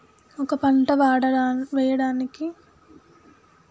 ఒక పంట వెయ్యడానికి నేలను మొదలు ఏ విధంగా ఏర్పాటు చేసుకోవాలి?